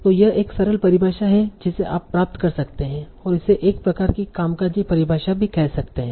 तो यह एक सरल परिभाषा है जिसे आप प्राप्त कर सकते हैं और इसे एक प्रकार की कामकाजी परिभाषा भी कह सकते है